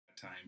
time